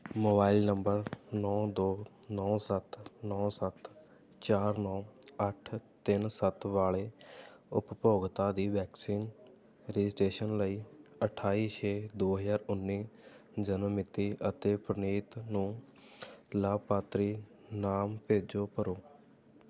mobile number ਨੌਂ ਦੋ ਨੌਂ ਸੱਤ ਨੌਂ ਸੱਤ ਚਾਰ ਨੌਂ ਅੱਠ ਤਿੰਨ ਸੱਤ ਵਾਲੇ ਉਪਭੋਗਤਾ ਦੀ ਵੈਕਸੀਨ ਰਜਿਸਟ੍ਰੇਸ਼ਨ ਲਈ ਅਠਾਈ ਛੇ ਦੋ ਹਜ਼ਾਰ ਉੱਨੀ ਜਨਮ ਮਿਤੀ ਅਤੇ ਪ੍ਰਨੀਤ ਨੂੰ ਲਾਭਪਾਤਰੀ ਨਾਮ ਭੇਜੋ ਭਰੋ